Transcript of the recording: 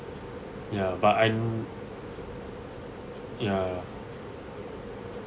ya but I'm yeah